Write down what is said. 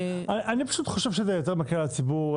אני פשוט חושב שזה יותר מקל על הציבור.